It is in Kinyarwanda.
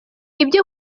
ibyo